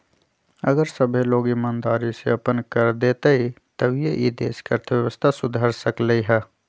अगर सभ्भे लोग ईमानदारी से अप्पन कर देतई तभीए ई देश के अर्थव्यवस्था सुधर सकलई ह